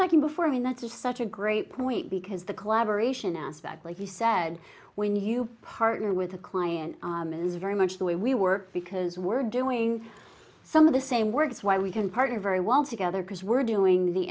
talking before i mean that's a such a great point because the collaboration aspect like you said when you partner with a client is very much the way we work because we're doing some of the same work it's why we can partner very well together because we're doing the